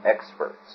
experts